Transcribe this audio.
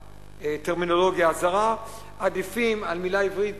מהטרמינולוגיה הזרה, עדיפים על מלה עברית